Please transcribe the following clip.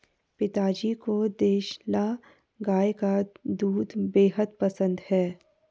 पिताजी को देसला गाय का दूध बेहद पसंद है